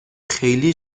خیلی